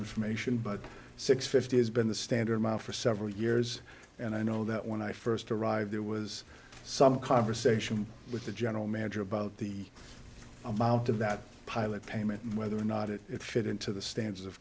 information but six fifty has been the standard for several years and i know that when i first arrived there was some conversation with the general manager about the amount of that pilot payment and whether or not it fit into the stance of